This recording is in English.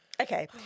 Okay